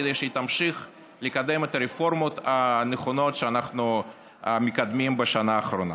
כדי שהיא תמשיך לקדם את הרפורמות הנכונות שאנחנו מקדמים בשנה האחרונה.